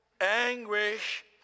anguish